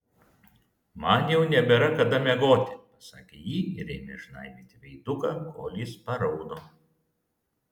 man jau nebėra kada miegoti pasakė ji ir ėmė žnaibyti veiduką kol jis paraudo